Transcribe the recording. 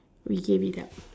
we gave it up